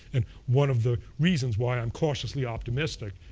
and one of the reasons why i'm cautiously optimistic,